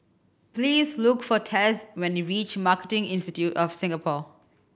please look for Tess when you reach Marketing Institute of Singapore